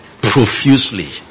profusely